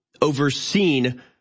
overseen